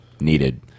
needed